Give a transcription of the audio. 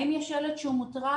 האם יש ילד שהוא מוטרד?